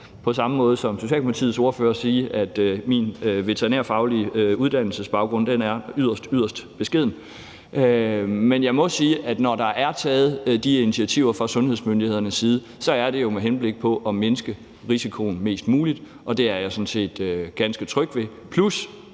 på samme måde som Socialdemokratiets ordfører sige, at min veterinærfaglige uddannelsesbaggrund er yderst, yderst beskeden, men jeg må sige, at når der er taget de initiativer fra sundhedsmyndighedernes side, er det jo med henblik på at mindske risikoen mest muligt, og det er jeg sådan set ganske tryg ved